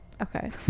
Okay